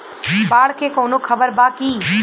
बाढ़ के कवनों खबर बा की?